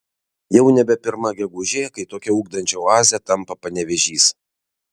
jau nebe pirma gegužė kai tokia ugdančia oaze tampa panevėžys